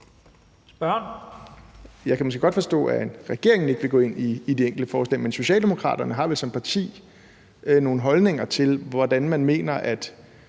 Jeg kan måske godt forstå, at regeringen ikke vil gå ind i de enkelte forslag, men Socialdemokraterne har vel som parti nogle holdninger til, hvordan man mener